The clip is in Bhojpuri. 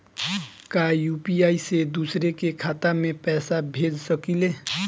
का यू.पी.आई से दूसरे के खाते में पैसा भेज सकी ले?